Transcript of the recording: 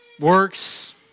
works